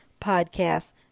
podcast